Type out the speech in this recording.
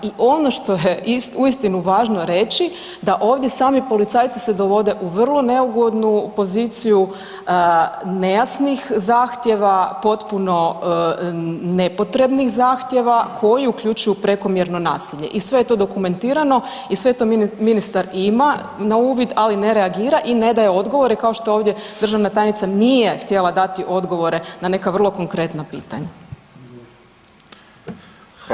I ono što je uistinu važno reći da ovdje sami policajci se dovode u vrlo neugodnu poziciju nejasnih zahtjeva, potpuno nepotrebnih zahtjeva koji uključuju prekomjerno nasilje i sve je to dokumentirano i sve to ministar ima na uvid, ali ne reagira i ne daje odgovore, kao što ovdje državna tajnica nije htjela dati odgovore na neka vrlo konkretna pitanja.